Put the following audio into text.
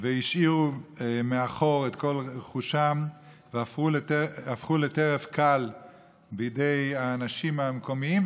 שהשאירו מאחור את כל רכושם והפכו לטרף קל בידי האנשים המקומיים,